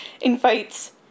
invites